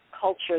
culture